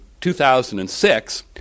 2006